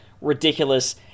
ridiculous